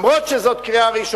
גם אם זו קריאה ראשונה,